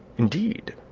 indeed,